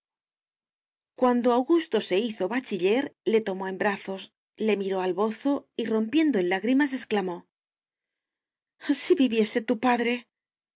cuando augusto se hizo bachiller le tomó en brazos le miró al bozo y rompiendo en lágrimas exclamó si viviese tu padre